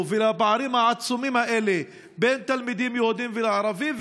ולפערים העצומים האלה בין יהודים לערבים,